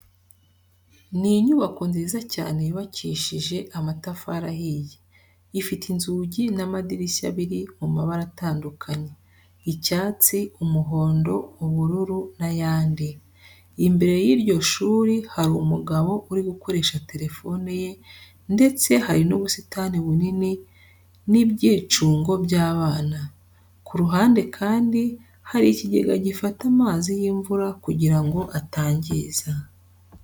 Ni inyubako nziza cyane yubakishije amatafari ahiye, ifite inzugi n'amadirishya biri mu mabara atandukanye, icyatsi, umuhondo, ubururu n'ayandi. Imbere y'iryo shuri hari umugabo uri gukoresha telefone ye ndetse hari n'ubusitani bunini n'ibyicungo by'abana. Ku ruhande kandi hari ikigega gifata amazi y'imvura kugira ngo atangiza.